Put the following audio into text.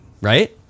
right